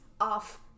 off